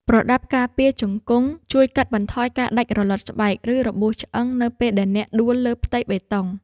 ប្រដាប់ការពារជង្គង់ ជួយកាត់បន្ថយការដាច់រលាត់ស្បែក ឬរបួសឆ្អឹងនៅពេលដែលអ្នកដួលលើផ្ទៃបេតុង។